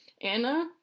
Anna